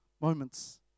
moments